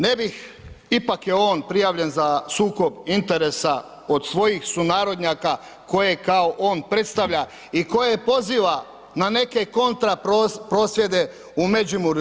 Ne bih, ipak je on prijavljen za sukob interesa od svojih sunarodnjaka koje kao on predstavlja i koje poziva na neke kontra prosvjede u Međimurju.